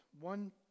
One